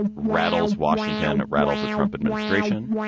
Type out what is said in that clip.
rattles washington, rattles the trump administration,